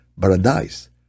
paradise